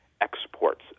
Exports